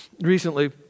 recently